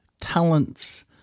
talents